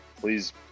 please